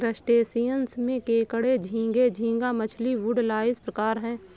crustaceans में केकड़े झींगे, झींगा मछली, वुडलाइस प्रकार है